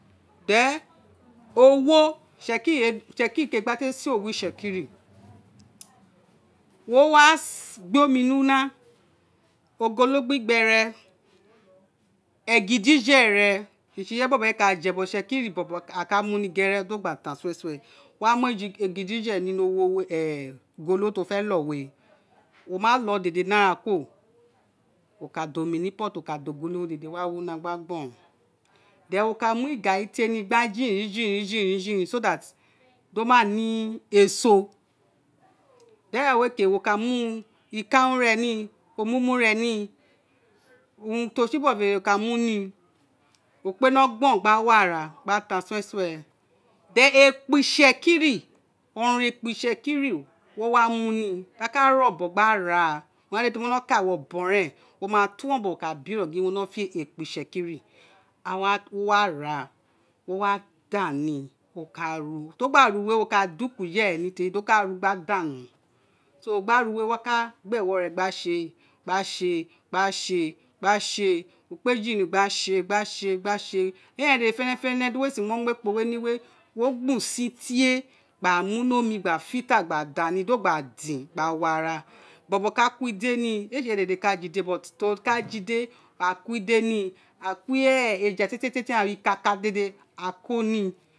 Then owo itsekiri ene gba sé owo itsekiri wo wa gbé omi una ogolo gbo gbe re egi dije re sisi ireyé bobo éè ka je bottle itsekiri aghan ka mu mi gere do gba ta wo wa mu égidije ni owo wé ogolo ti wo fé lo wé wo ma lo dede ni ara kuro wo ka da omi ni pot wo ka da ogolo wé dede o wa wi una gba gborom iden wo ka mu garri tie ni gba jirim jirin so that do ma ne eso ira eren wé ké wo ka mu ikanun re ni owumuma re ni urun ti o si bo dé dé wo ka muni o kpé no gboron gbe wo ara gba ta den ekpo itsekiri ọrọnrọn ekpo itsekiri wo wa muni wo ka ka re obon gba ráà o ma sé mi no ka wo obon ren o ma to obon wo ka biro gin wo ma fẹ ekpo itsekiri wo wa ra wo wada ni o laa ru ti o gba ruwe wo ka di uku jere ni so o gba re wé wo wa ka gba ewo ré gbe sée gbe séè wo kpé jirin gbe se gbe sé ira eran dédé fẹnẹfẹnẹ di uwo éè si mo mu ekpo wé ni wé wo gble sin gba mu ni omi gba filter gba da ni do gbe dir gba wo ara bobo ka ko dé éè sé ireyé dede ka jé but to ka je idé ka ko idé mi wo ka ko eja tie tié ghan ikaka dedé a ko ni o